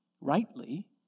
rightly